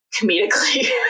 comedically